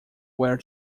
where